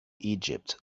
egypt